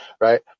right